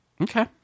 Okay